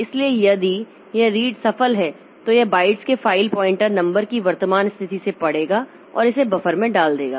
इसलिए यदि यह रीड सफल है तो यह बाइट्स के फ़ाइल पॉइंटर नंबर की वर्तमान स्थिति से पढ़ेगा और इसे बफर में डाल देगा